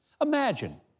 imagine